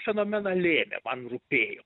fenomeną lėmė man rūpėjo